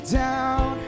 down